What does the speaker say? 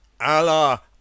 Allah